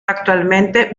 actualmente